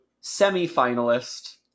semi-finalist